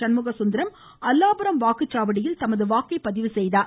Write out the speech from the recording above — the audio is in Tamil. சண்முக சுந்தரம் அல்லாபுரம் வாக்குச்சாவடியில் தனது வாக்கை பதிவுசெய்தார்